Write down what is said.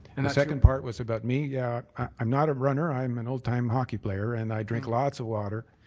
and the second part was about me. yeah i'm not a runner. i'm an old-time hockey player and i drink lots of water,